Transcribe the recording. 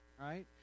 Right